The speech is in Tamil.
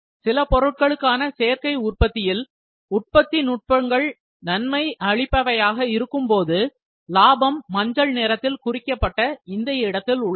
சில பொருட்களுக்கான சேர்க்கை உற்பத்திகளில் உற்பத்தி நுட்பங்கள் நன்மை அளிப்பவையாக இருக்கும்போது லாபம் மஞ்சள் நிறத்தில் குறிக்கப்பட்ட இந்த இடத்தில் உள்ளது